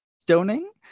stoning